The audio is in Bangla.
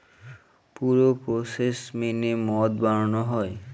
পুরো প্রসেস মেনে মদ বানানো হয়